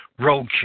roadkill